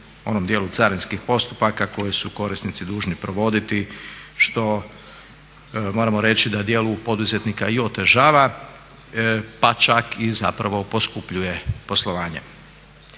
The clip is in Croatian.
onom dijelu carinskih postupaka koje su korisnici dužni provoditi što moramo reći da djelu poduzetnika i otežava pa čak i zapravo poskupljuje poslovanje.